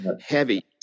heavy